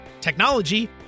technology